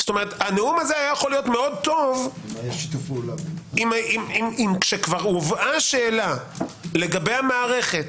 הנאום הזה היה יכול להיות מאוד טוב אם כאשר כבר הובאה השאלה לגבי המערכת